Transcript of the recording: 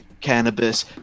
cannabis